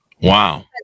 Wow